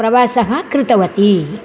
प्रवासः कृतवती